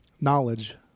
Knowledge